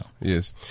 Yes